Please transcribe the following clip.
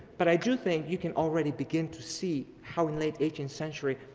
but i do think you can already begin to see how in late eighteenth century,